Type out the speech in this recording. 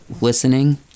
listening